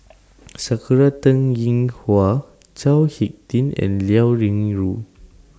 Sakura Teng Ying Hua Chao Hick Tin and Liao Yingru